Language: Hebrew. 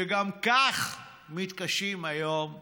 שגם כך מתקשים היום לפעול.